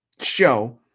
show